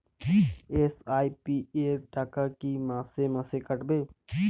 SIP র টাকা কী মাসে মাসে কাটবে?